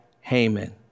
Haman